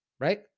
Right